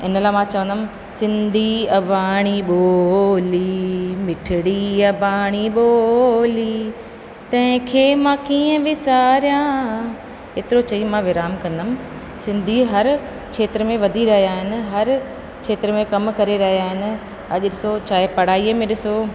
इन लाइ मां चवंदमि सिंधी अबाणी ॿोली मिठिड़ी अबाणी ॿोली तंहिं खे मां कीअं विसारियां एतिरो चई मां विराम कंदमि सिंधी हर क्षेत्र में वधी रहिया आहिनि हर क्षेत्र में कमु करे रहिया आहिनि अॼु ॾिसो चाहे पढ़ाईअ में ॾिसो